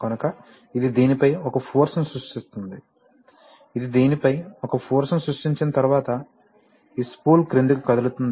కనుక ఇది దీనిపై ఒక ఫోర్స్ ని సృష్టిస్తుంది ఇది దీనిపై ఒక ఫోర్స్ ని సృష్టించిన తర్వాత ఈ స్పూల్ క్రిందికి కదులుతుంది